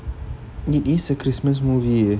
it is a christmas movie